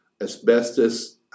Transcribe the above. Asbestos